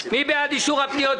מי בעד אישור הפניות?